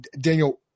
Daniel